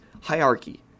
hierarchy